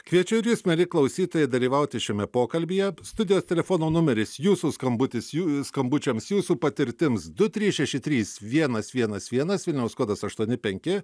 kviečiu ir jus mieli klausytojai dalyvauti šiame pokalbyje studijos telefono numeris jūsų skambutis jų skambučiams jūsų patirtims du trys šeši trys vienas vienas vienas vilniaus kodas aštuoni penki